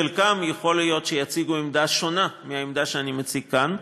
חלקם יכול להיות שיציגו עמדה שונה מהעמדה שאני מציג כאן,